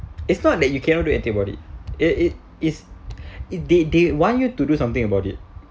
it's not that you cannot do anything about it it it is it they want you to do something about it